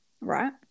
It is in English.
right